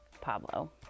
Pablo